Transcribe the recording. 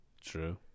True